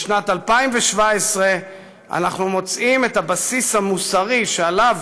בשנת 2017 אנחנו מוצאים את הבסיס המוסרי שעליו